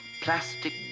plastic